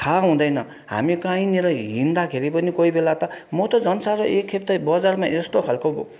थाहा हुँदैन हामी कहीँनेर हिँड्दाखेरि पनि कोही बेला त म त झन् साह्रो एक खेप त बजारमा यस्तो खालको